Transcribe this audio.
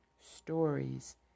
stories